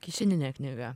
kišeninė knyga